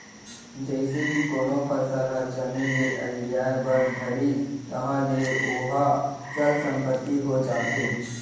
जइसे ही कोनो फसल ह जमीन ले अलगियाये बर धरिस ताहले ओहा चल संपत्ति हो जाथे